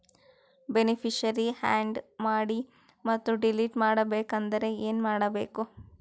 Beneficiary, add ಮಾಡಿ ಮತ್ತೆ delete ಮಾಡಬೇಕೆಂದರೆ ಏನ್ ಮಾಡಬೇಕು?